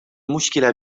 المشكلة